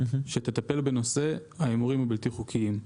שתטפל בנושא ההימורים הבלתי חוקיים.